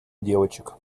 девочек